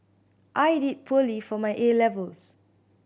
I did poorly for my A levels